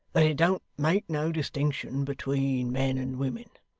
that it don't make no distinction between men and women.